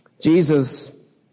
Jesus